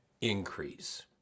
increase